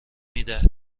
میده